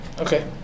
Okay